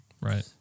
Right